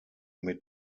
mit